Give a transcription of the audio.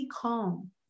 calm